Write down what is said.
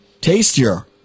tastier